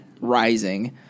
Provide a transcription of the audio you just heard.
rising